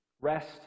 Rest